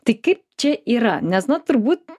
tai kaip čia yra nes na turbūt